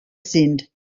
sind